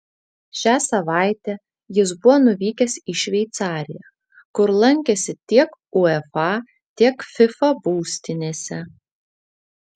šią savaitę jis buvo nuvykęs į šveicariją kur lankėsi tiek uefa tiek fifa būstinėse